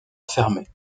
fermait